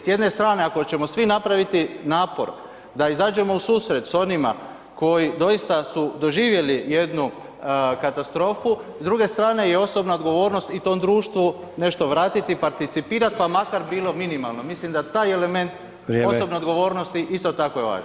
S jedne strane ako ćemo svi napraviti napor da izađemo u susret s onima koji doista su doživjeli jednu katastrofu, s druge strane je osobna odgovornost i tom društvu nešto vratit i participirat, pa makar bilo minimalno, mislim da taj element [[Upadica: Vrijeme]] osobne odgovornosti isto tako je važan.